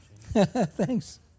Thanks